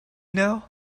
now